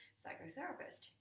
psychotherapist